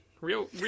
Real